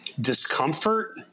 discomfort